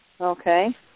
Okay